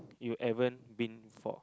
you ever been for